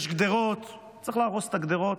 יש גדרות, צריך להרוס את הגדרות.